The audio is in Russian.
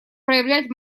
проявлять